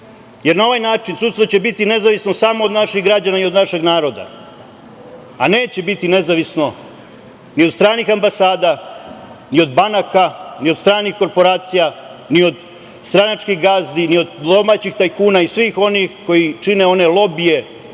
Na ovaj način sudstvo će biti nezavisno samo od naših građana i našeg naroda, a neće biti nezavisno ni od stranih ambasada, ni od banaka, ni od stranih korporacija, ni od stranačkih gazdi, ni od domaćih tajkuna i svih onih koji čine one lobije